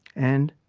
and,